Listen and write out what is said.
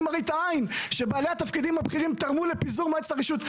מראית עין שבעלי התפקידים הבכירים תרמו לפיזור מועצת הרשות".